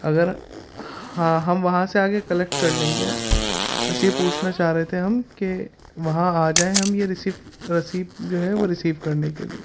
اگر ہاں ہم وہاں سے آگے کلیکٹ کر لیں گے بس یہ پوچھنا چاہ رہے تھے ہم کہ وہاں آ جائیں ہم یہ رسی رسیپ جو ہے وہ ریسیو کرنے کے لیے